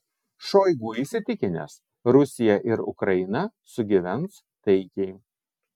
šoigu įsitikinęs rusija ir ukraina sugyvens taikiai